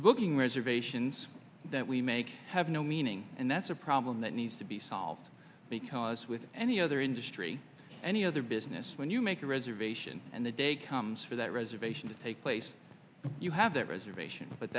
the booking reservations that we make have no meaning and that's a problem that needs to be solved because with any other industry any other business when you make a reservation and the day comes for that reservation to take place you have that reservation but